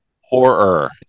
Horror